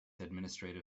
administrative